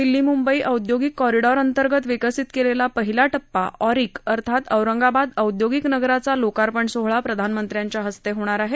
दिल्ली मुंबई औदयोगिक कॉरिडॉरअंतर्गत विकसित केलेला पहिला टप्पा ऑरिक अर्थात औरंगाबाद औद्योगिक नगराचा लोकार्पण सोहळा प्रधानमंत्र्याच्या हस्ते होणार आहे